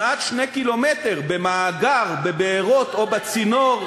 כמעט 2 קילומטר, במאגר, בבארות או בצינור,